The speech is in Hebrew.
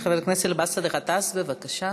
חבר הכנסת באסל גטאס, בבקשה.